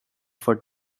for